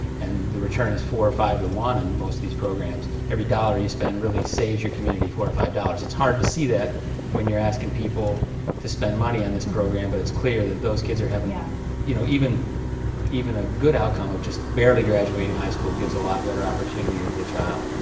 and the return is four or five to one on and most of these programs. every dollar you spend really saves your community four or five dollars. it's hard to see that when you're asking people to spend money on this program, but it's clear that those kids are having, yeah you know, even even a good outcome of just barely graduating high school gives a lot better opportunity to the child.